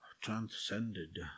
Transcended